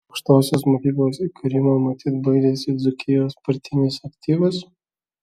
aukštosios mokyklos įkūrimo matyt baidėsi dzūkijos partinis aktyvas